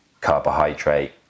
carbohydrate